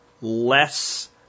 less